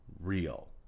real